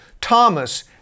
Thomas